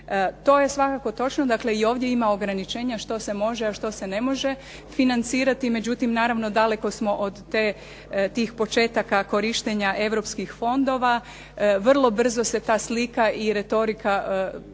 To je svakako točno. Dakle, i ovdje ima ograničenja što se može, a što se ne može financirati. Međutim, naravno daleko smo od te, tih početaka korištenja europskih fondova. Vrlo brzo se ta slika i retorika promijenila.